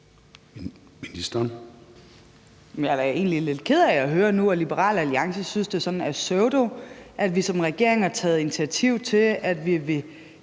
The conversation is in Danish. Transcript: Løhde): Jeg er da egentlig lidt ked af at høre nu, at Liberal Alliance synes, det er et pseudotilbud, at vi som regering har taget initiativ til, at vi nu